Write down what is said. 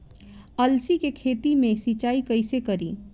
अलसी के खेती मे सिचाई कइसे करी?